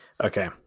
Okay